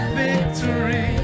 victory